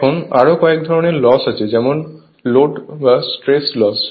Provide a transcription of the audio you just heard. এখন আরো কয়েক ধরনের লস আছে যেমন লোড বা স্ট্রে লস